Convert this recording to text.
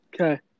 Okay